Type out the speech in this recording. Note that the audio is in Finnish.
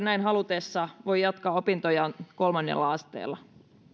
näin halutessaan voi sitten jatkaa opintojaan kolmannella asteella